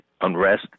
unrest